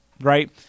right